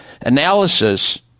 analysis